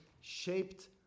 shaped